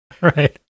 Right